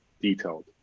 detailed